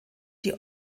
die